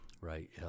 right